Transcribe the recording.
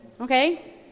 Okay